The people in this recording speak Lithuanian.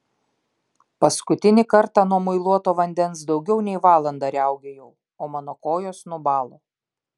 paskutinį kartą nuo muiluoto vandens daugiau nei valandą riaugėjau o mano kojos nubalo